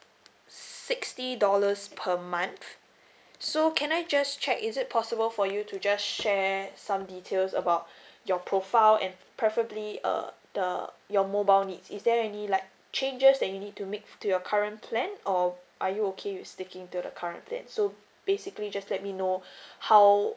sixty dollars per month so can I just check is it possible for you to just share some details about your profile and preferably uh the your mobile needs is there any like changes that you need to make to your current plan or are you okay with sticking to the current plan so basically just let me know how